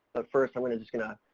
but first i'm going to, just going to